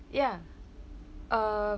ya uh